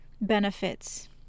benefits